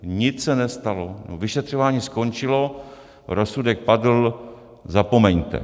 Nic se nestalo, vyšetřování skončilo, rozsudek padl, zapomeňte.